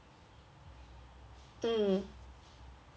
mm